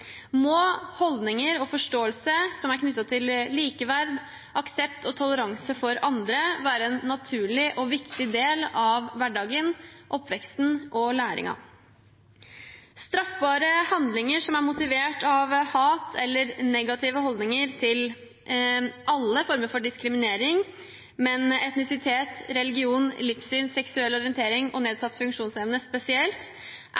må holdninger og forståelse som er knyttet til likeverd, aksept og toleranse for andre, være en naturlig og viktig del av hverdagen, oppveksten og læringen. Straffbare handlinger som er motivert av hat eller negative holdninger når det gjelder alle former for diskriminering, men etnisitet, religion, livssyn, seksuell orientering og